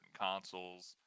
consoles